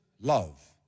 love